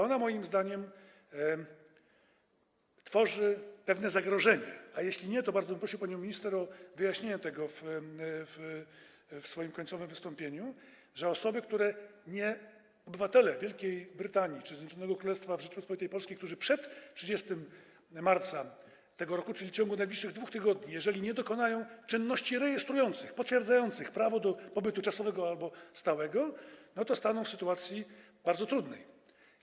Ona moim zdaniem tworzy pewne zagrożenie, a jeśli nie, to bardzo bym prosił panią minister o wyjaśnienie tego w swoim końcowym wystąpieniu, że osoby, które nie... Obywatele Wielkiej Brytanii czy Zjednoczonego Królestwa w Rzeczypospolitej Polskiej, którzy przed 30 marca tego roku, czyli w ciągu najbliższych 2 tygodni, nie dokonają czynności rejestrujących, potwierdzających prawo do pobytu czasowego albo stałego, będą w bardzo trudnej sytuacji.